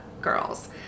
girls